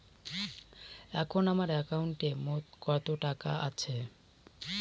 এখন আমার একাউন্টে মোট কত টাকা আছে?